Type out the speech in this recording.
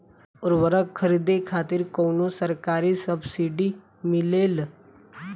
उर्वरक खरीदे खातिर कउनो सरकारी सब्सीडी मिलेल?